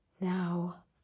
Now